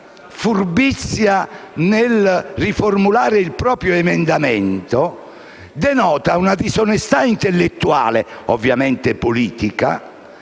furbizia di riformare il proprio emendamento denota una disonestà intellettuale e politica,